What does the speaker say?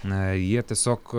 na jie tiesiog